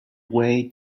way